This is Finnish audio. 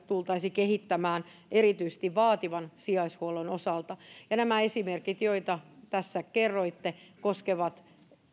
tultaisiin kehittämään erityisesti vaativan sijaishuollon osalta ja nämä esimerkit joita tässä kerroitte koskevat